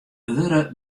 wurde